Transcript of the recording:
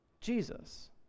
Jesus